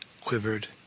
quivered